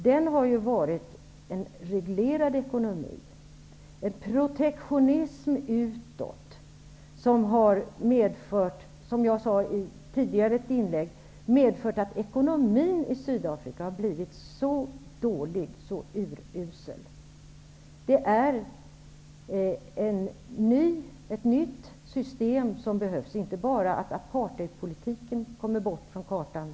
Det har varit en protektionism utåt, som har medfört att ekonomin i Sydafrika har blivit så dålig och urusel, som jag sade i ett tidigare inlägg. Det behövs ett nytt system. Det räcker inte bara med att apartheidpolitiken kommer bort från kartan.